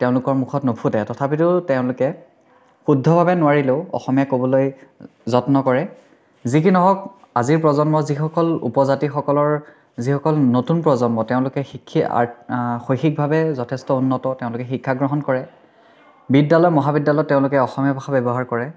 তেওঁলোকৰ মুখত নুফুটে তথাপিতো তেওঁলোকে শুদ্ধভাৱে নোৱাৰিলেও অসমীয়া ক'বলৈ যত্ন কৰে যি কি নহওক আজিৰ প্ৰজন্মৰ যিসকল উপজাতিসকলৰ যিসকল নতুন প্ৰজন্ম তেওঁলোকে শিকি শৈক্ষিকভাৱে যথেষ্ট উন্নত তেওঁলোকে শিক্ষা গ্ৰহণ কৰে বিদ্যালয় মহাবিদ্যালয়ত তেওঁলোকে অসমীয়া ভাষা ব্যৱহাৰ কৰে